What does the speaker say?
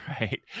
right